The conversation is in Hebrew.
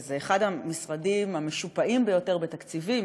וזה אחד המשרדים המשופעים ביותר בתקציבים.